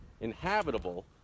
inhabitable